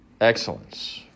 excellence